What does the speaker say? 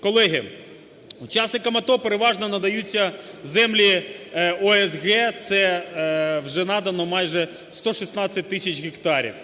Колеги, учасникам АТО переважно надаються землі ОСГ, це вже надано майже 116 тисяч гектарів.